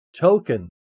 token